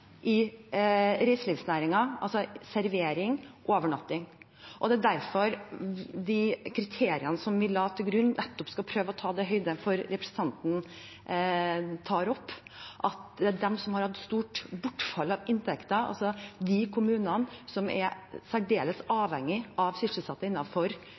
i reiselivsnæringen, altså servering, overnatting. Det er derfor de kriteriene som vi la til grunn, nettopp skal prøve å ta høyde for det representanten tar opp, at vi skal treffe dem som har hatt stort bortfall av inntekter, altså de kommunene som er særdeles